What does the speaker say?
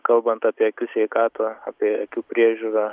kalbant apie akių sveikatą apie akių priežiūrą